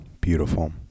Beautiful